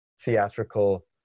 theatrical